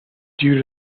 due